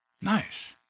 nice